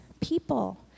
people